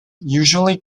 usually